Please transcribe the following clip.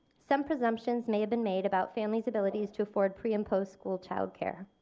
some presumptions may have been made about families abilities to afford pre-and post-school childcare.